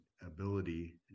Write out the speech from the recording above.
ability